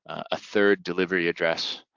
a third delivery address,